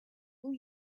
will